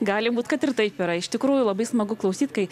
gali būti kad ir taip yra iš tikrųjų labai smagu klausyt kai